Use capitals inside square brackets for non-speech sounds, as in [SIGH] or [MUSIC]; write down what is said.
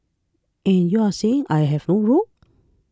and you are saying I have no role [NOISE]